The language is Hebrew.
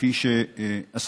כפי שעשו.